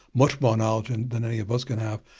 much more knowledge and than any of us can have.